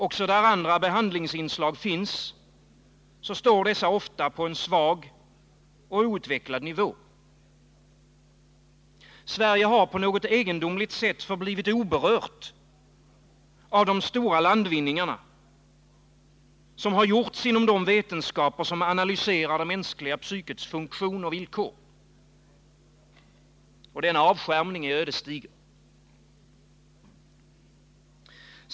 Också där andra behandlingsinslag finns, står dessa ofta på en svag och outvecklad nivå. Sverige har på ett egendomligt sätt förblivit oberört av de stora landvinningarna som gjorts i de vetenskaper som analyserar det mänskliga psykets funktion och villkor. Denna avskärmning är ödesdiger.